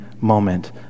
moment